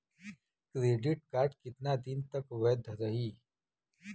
Credit card कितना दिन तक वैध रही?